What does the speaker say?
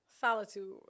Solitude